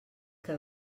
que